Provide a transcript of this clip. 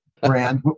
Brand